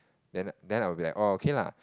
then I will be like oh okay lah